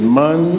man